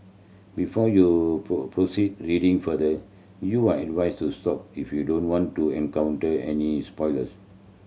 before you proceed reading further you are advised to stop if you don't want to encounter any spoilers